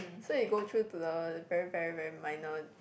so you go through to the very very very minor